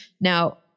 Now